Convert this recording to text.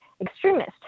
extremist